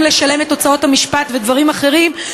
לשלם את הוצאות המשפט ודברים אחרים,